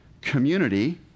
community